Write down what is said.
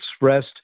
expressed